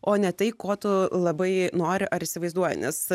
o ne tai ko tu labai nori ar įsivaizduoji nes